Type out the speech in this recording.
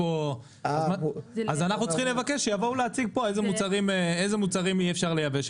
אנחנו צריכים לבקש שיבואו להציג כאן איזה מוצרים אי אפשר לייבא.